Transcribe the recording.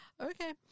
Okay